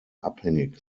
abhängig